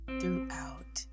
throughout